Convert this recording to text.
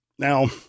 Now